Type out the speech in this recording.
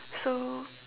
so